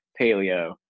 paleo